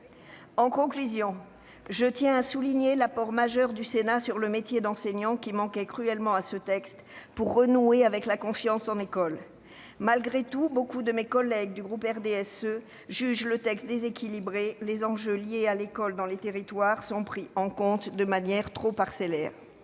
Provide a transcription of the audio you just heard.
En conclusion, je tiens à souligner les apports majeurs du Sénat sur le métier d'enseignant, qui manquaient cruellement à ce texte pour renouer avec la confiance en l'école. Malgré tout, nombre de mes collègues du groupe du RDSE jugent le texte déséquilibré, les enjeux liés à l'école dans les territoires étant pris en compte de manière bien trop parcellaire.